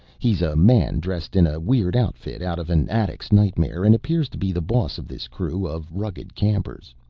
he's a man dressed in a weird outfit out of an addict's nightmare and appears to be the boss of this crew of rugged campers.